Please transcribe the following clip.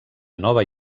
nova